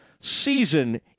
season